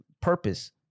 purpose